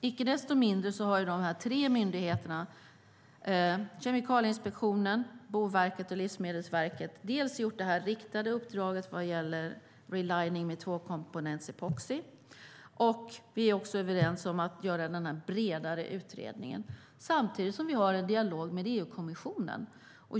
Icke desto mindre har de tre myndigheterna, Kemikalieinspektionen, Boverket och Livsmedelsverket, det riktade uppdraget vad gäller relining med tvåkomponentsepoxi, och vi är överens om att göra en bredare utredning. Samtidigt har vi en dialog med EU-kommissionen.